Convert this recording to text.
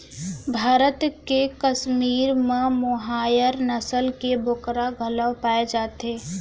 भारत के कस्मीर म मोहायर नसल के बोकरा घलोक पाए जाथे